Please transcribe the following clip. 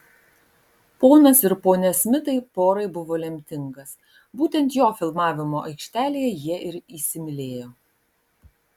ponas ir ponia smitai porai buvo lemtingas būtent jo filmavimo aikštelėje jie ir įsimylėjo